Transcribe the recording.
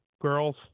girls